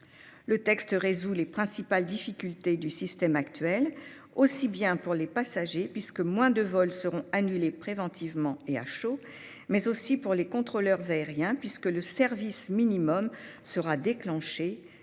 Le texte résorbe les principales difficultés du système actuel pour les passagers, puisque moins de vols seront annulés préventivement et « à chaud », mais aussi pour les contrôleurs aériens, puisque le service minimum sera déclenché moins souvent